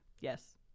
yes